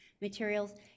materials